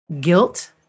guilt